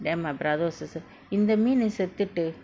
then my brother or sister இந்த மீன் யே செத்துட்டு:indtha meen ye sethutu